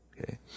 Okay